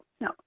no